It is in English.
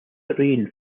terrain